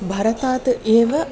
भरतात् एव